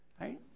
Right